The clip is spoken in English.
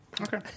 Okay